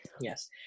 Yes